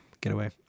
getaway